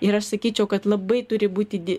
ir aš sakyčiau kad labai turi būti